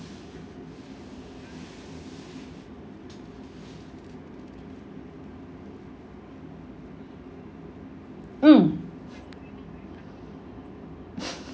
mm